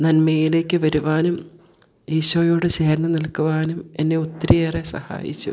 നന്മയിലേക്ക് വരുവാനും ഈശോയോട് ചേർന്ന് നിൽക്കുവാനും എന്നെ ഒത്തിരിയേറെ സഹായിച്ചു